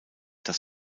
dass